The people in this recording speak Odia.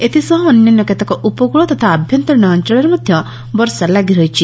ଏଥିସହ ଅନ୍ୟାନ୍ୟ କେତେକ ଉପକୁଳ ତଥା ଆଭ୍ୟନ୍ତରିଶ ଅଞ୍ଞଳରେ ମଧ୍ଧ ବର୍ଷା ଲାଗି ରହିଛି